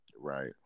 right